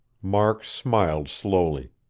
mark smiled slowly.